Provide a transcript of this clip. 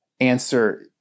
answer